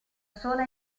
sola